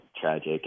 tragic